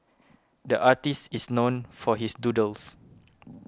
the artist is known for his doodles